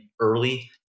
early